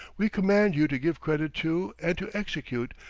we command you to give credit to, and to execute,